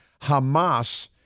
Hamas